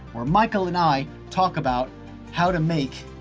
where michael and i talk about how to make